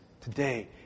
today